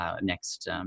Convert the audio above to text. next